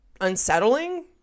unsettling